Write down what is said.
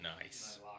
Nice